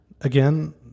again